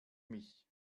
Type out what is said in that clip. mich